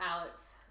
Alex